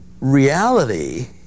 reality